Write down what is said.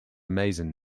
mason